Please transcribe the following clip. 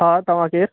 हां तव्हां केरु